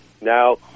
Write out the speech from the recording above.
Now